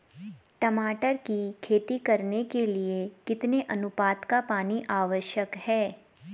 टमाटर की खेती करने के लिए कितने अनुपात का पानी आवश्यक है?